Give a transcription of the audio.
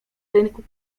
rynku